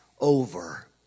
over